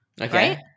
Okay